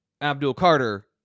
Abdul-Carter